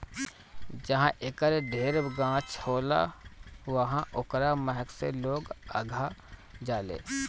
जहाँ एकर ढेर गाछ होला उहाँ ओकरा महक से लोग अघा जालें